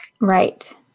Right